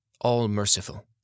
all-merciful